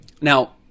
Now